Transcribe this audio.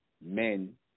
men